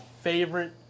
favorite